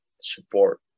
support